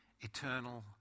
eternal